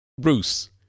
Bruce